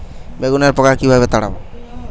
বেগুনের পোকা কিভাবে তাড়াব?